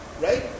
right